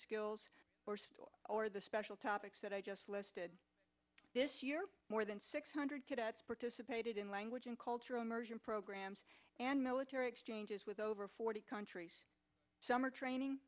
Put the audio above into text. skills or store or the special topics that i just listed this year more than six hundred cadets participated in language and cultural immersion programs and military exchanges with over forty countries some are training